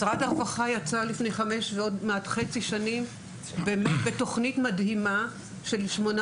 משרד הרווחה יצא לפני כחמש וחצי שנים באמת בתוכנית מדהימה של שמונה